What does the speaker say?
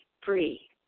Free